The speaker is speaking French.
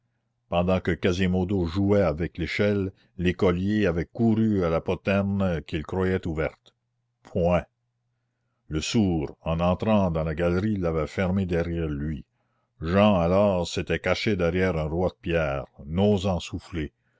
pendant que quasimodo jouait avec l'échelle l'écolier avait couru à la poterne qu'il croyait ouverte point le sourd en entrant dans la galerie l'avait fermée derrière lui jehan alors s'était caché derrière un roi de pierre n'osant souffler